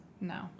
No